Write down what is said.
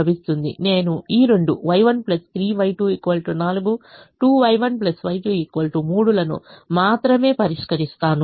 నేను ఈ రెండు Y1 3Y2 4 2Y1 Y2 3 లను మాత్రమే పరిష్కరిస్తాను